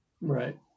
Right